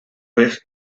vez